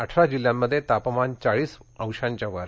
अठरा जिल्ह्यांमध्ये तापमान चाळीस वर्षांच्या वर